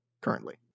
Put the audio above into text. currently